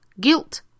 guilt